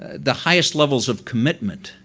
ah the highest levels of commitment,